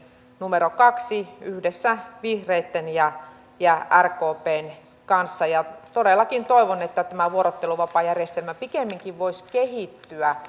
numero kahdessa yhdessä vihreitten ja ja rkpn kanssa todellakin toivon että tämä vuorotteluvapaajärjestelmä pikemminkin voisi kehittyä